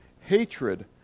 Hatred